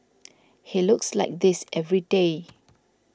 he looks like this every day